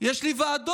יש לי ועדות,